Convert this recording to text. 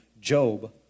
Job